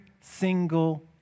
single